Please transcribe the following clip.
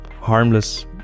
harmless